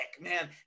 man